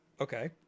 Okay